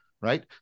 right